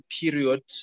period